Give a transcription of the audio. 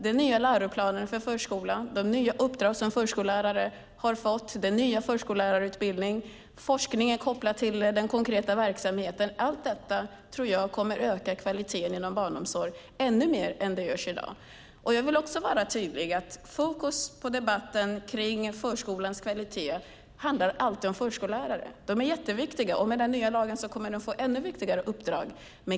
Den nya läroplanen för förskolan, de nya uppdrag som förskollärarna har fått, den nya förskollärarutbildningen och forskningen kopplad till den konkreta verksamheten kommer att öka kvaliteten inom barnomsorgen ännu mer. Fokus i debatten om förskolans kvalitet ligger alltid på förskollärarna. De är jätteviktiga, och med den nya lagen kommer de att få ett ännu viktigare uppdrag.